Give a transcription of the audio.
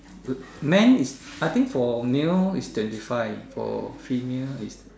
men I think for male is twenty five for female is